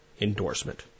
endorsement